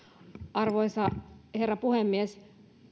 arvoisa herra puhemies